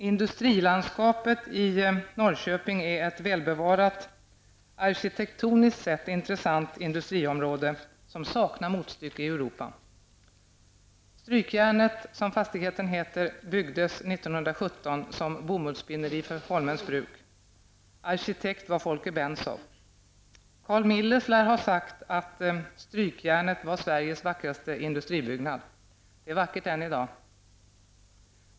Industrilandskapet i Norrköping är ett välbevarat, arkitektoniskt sett intressant industriområde, som saknar motstycke i Europa. Strykjärnet, som fastigheten heter, byggdes 1917 som bomullsspinneri för Holmens bruk. Arkitekt var Folke Bensow. Carl Milles lär ha sagt att Strykjärnet var Sveriges vackraste industribyggnad. Det är vackert än i dag.